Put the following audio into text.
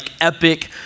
epic